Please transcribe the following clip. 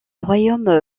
royaume